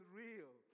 real